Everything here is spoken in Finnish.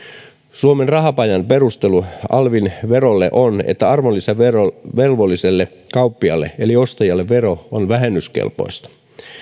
suomen rahapajan perustelu alv verolle on että arvonlisävelvolliselle kauppiaalle eli ostajalle vero on vähennyskelpoista